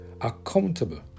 accountable